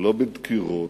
לא בדקירות,